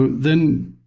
ah then,